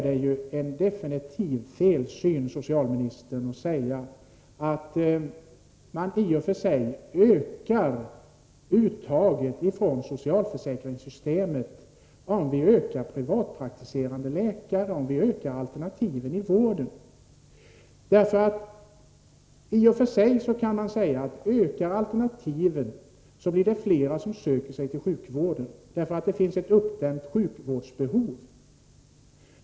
Det är en definitiv felsyn, socialministern, att säga att vi ökar uttaget från socialförsäkringssystemet om vi ökar antalet privatpraktiserande läkare eller om vi ökar alternativen i vården. I och för sig kan man säga att om alternativen ökar i antal blir det fler som söker sig till sjukvården, för det finns ett uppdämt sjukvårdsbehov.